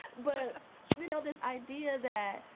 but you know, this idea that,